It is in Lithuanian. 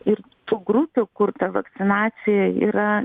ir tų grupių kur ta vakcinacija yra